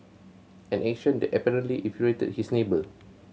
an action that apparently infuriated his neighbour